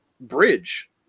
bridge